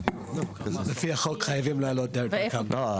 לפי החוק חייבים לעלות דרך --- לא,